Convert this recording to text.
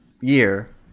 year